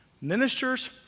Ministers